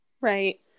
Right